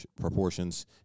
proportions